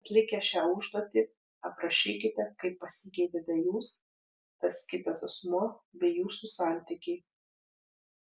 atlikę šią užduotį aprašykite kaip pasikeitėte jūs tas kitas asmuo bei jūsų santykiai